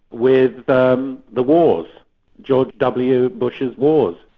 with the the wars, george w. bush's wars,